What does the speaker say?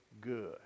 good